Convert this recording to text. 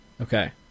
Okay